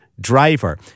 driver